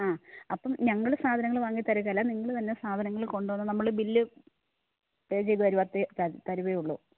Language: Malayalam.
ആ അപ്പം ഞങ്ങൾ സാധനങ്ങൾ വാങ്ങി തരുകേല നിങ്ങൾ തന്നെ സാധനങ്ങൾ കൊണ്ട് വന്ന് നമ്മൾ ബില്ല് പേ ചെയ്ത് തരത്തെ തരുവേ ഉള്ളു